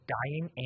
dying